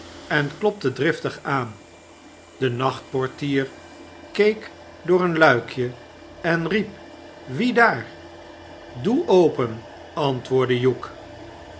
en klopte driftig aan de nachtportier keek door een luikje en riep wie daar doe open antwoordde hugh